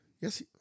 Yes